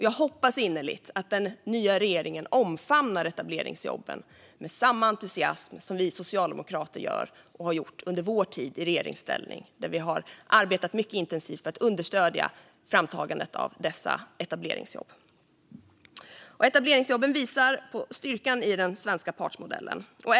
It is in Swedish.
Jag hoppas innerligt att den nya regeringen omfamnar detta med samma entusiasm som vi socialdemokrater gör - och gjorde under vår tid i regeringsställning, då vi arbetade intensivt för att stödja framtagandet av denna jobbform. Etableringsjobben visar på styrkan i den svenska partsmodellen. Herr talman!